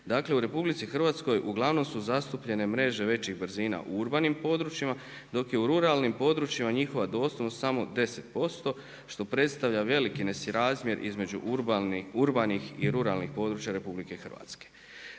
Dakle, u RH uglavnom su zastupljene mreže većih brzina u urbanim područjima, dok je u ruralnim područjima njihova dostupnost samo 10% što predstavlja veliki nesrazmjer između urbanih i ruralnih područja RH. Da je to tako